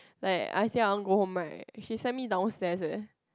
like I say I want go home right she sent me downstair eh